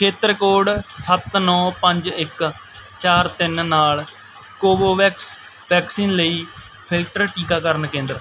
ਖੇਤਰ ਕੋਡ ਸੱਤ ਨੌ ਪੰਜ ਇੱਕ ਚਾਰ ਤਿੰਨ ਨਾਲ ਕੋਵੋਵੈਕਸ ਵੈਕਸੀਨ ਲਈ ਫਿਲਟਰ ਟੀਕਾਕਰਨ ਕੇਂਦਰ